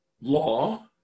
law